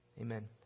Amen